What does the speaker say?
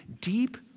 deep